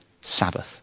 sabbath